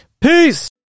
peace